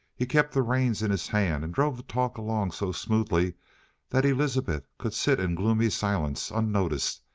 he kept the reins in his hands and drove the talk along so smoothly that elizabeth could sit in gloomy silence, unnoticed,